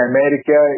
America